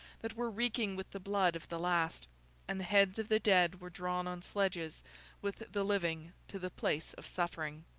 that were reeking with the blood of the last and the heads of the dead were drawn on sledges with the living to the place of suffering.